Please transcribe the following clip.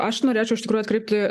aš norėčiau iš tikrųjų atkreipti